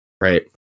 right